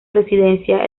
residencia